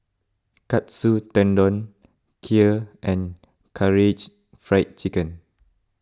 Katsu Tendon Kheer and Karaage Fried Chicken